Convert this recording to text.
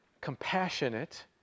compassionate